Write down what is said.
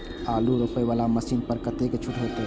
आलू रोपे वाला मशीन पर कतेक छूट होते?